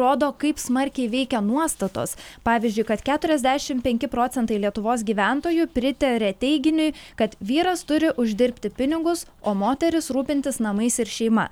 rodo kaip smarkiai veikia nuostatos pavyzdžiui kad keturiasdešimt penki procentai lietuvos gyventojų pritaria teiginiui kad vyras turi uždirbti pinigus o moteris rūpintis namais ir šeima